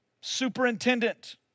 superintendent